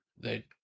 they-